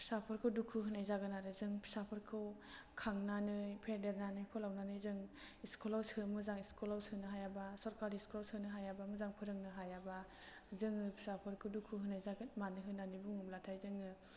फिसाफोरखौ दुखु होनाय जागोन आरो जों फिसाफोरखौ खांनानै फेदेरनानै फोलावनानै जों स्कुलाव सो मोजां स्कुलाव सोनो हायाबा सरकारि स्कुलाव सोनो हायाबा मोजां फोरोंनो हायाबा जोङो फिसाफोरखौ दुखु होनाय जागोन मानो होन्नानै बुङोब्लाथाइ जोङो